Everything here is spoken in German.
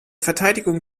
verteidigung